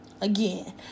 again